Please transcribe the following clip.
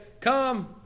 Come